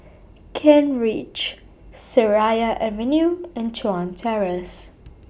Kent Ridge Seraya Avenue and Chuan Terrace